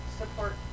support